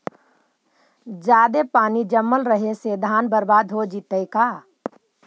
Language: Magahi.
जादे पानी जमल रहे से धान बर्बाद हो जितै का?